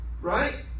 right